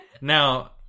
Now